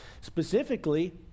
specifically